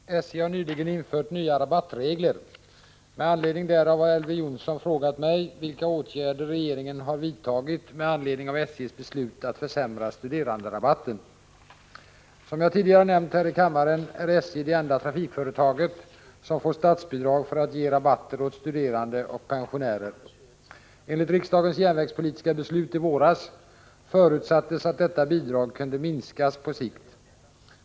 Herr talman! SJ har nyligen infört nya rabattregler. Med anledning därav har Elver Jonsson frågat mig vilka åtgärder regeringen har vidtagit med anledning av SJ:s beslut att försämra studeranderabatten. Som jag tidigare nämnt här i kammaren, är SJ det enda trafikföretaget som får statsbidrag för att ge rabatter åt studerande och pensionärer. Enligt riksdagens järnvägspolitiska beslut i våras förutsattes att detta bidrag kunde minskas på sikt.